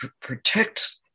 protect